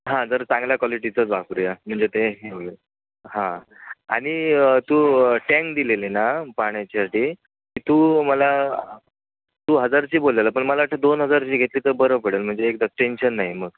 हां जरा चांगल्या कॉलिटीचंच वापरूया म्हणजे ते हे हां आणि तू टँक दिलेली ना पाण्याच्यासाठी ती तू मला तू हजारची बोललेला पण मला आता दोन हजारची घेतली तर बरं पडेल म्हणजे एकदा टेन्शन नाही मग